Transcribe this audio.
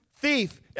thief